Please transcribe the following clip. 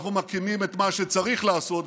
אנו מקימים את מה שצריך לעשות,